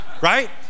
right